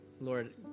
Lord